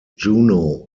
juno